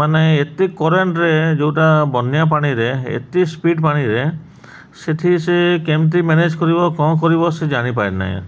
ମାନେ ଏତେ କରେଣ୍ଟରେ ଯେଉଁଟା ବନ୍ୟା ପାଣିରେ ଏତେ ସ୍ପିଡ଼ ପାଣିରେ ସେଠି ସେ କେମିତି ମ୍ୟାନେଜ୍ କରିବ କ'ଣ କରିବ ସେ ଜାଣିପାରେ ନାହିଁ